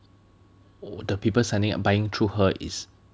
the people selling and buying through her is